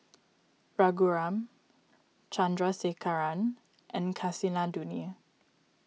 Raghuram Chandrasekaran and Kasinadhuni